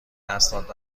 اسناد